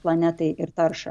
planetai ir taršą